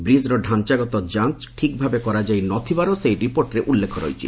ବ୍ରିଜ୍ର ଡାଞ୍ଚାଗତ ଯାଞ୍ଚ୍ ଠିକ୍ ଭାବେ କରାଯାଇ ନ ଥିବାର ସେହି ରିପୋର୍ଟରେ ଉଲ୍ଲେଖ ରହିଛି